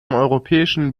europäischen